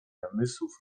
namysłów